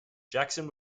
jackson